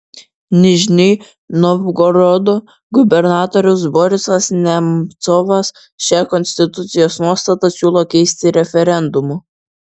nižnij novgorodo gubernatorius borisas nemcovas šią konstitucijos nuostatą siūlo keisti referendumu